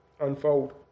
unfold